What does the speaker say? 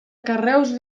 carreus